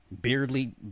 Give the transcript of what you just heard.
beardly